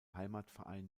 heimatverein